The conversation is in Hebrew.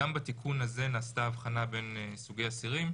גם בתיקון הזה נעשתה הבחנה בין סוגי אסירים.